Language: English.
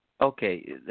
okay